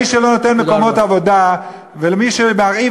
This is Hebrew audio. מי שלא נותן מקומות עבודה ומי שמרעיב